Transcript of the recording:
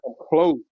close